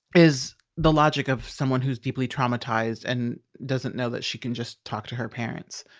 is the logic of someone who's deeply traumatized and doesn't know that she can just talk to her parents.